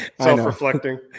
self-reflecting